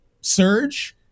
surge